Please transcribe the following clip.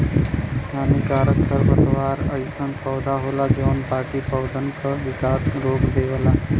हानिकारक खरपतवार अइसन पौधा होला जौन बाकी पौधन क विकास रोक देवला